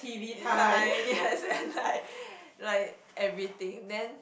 ya ya yes then like like everything then